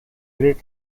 grade